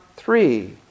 Three